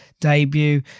debut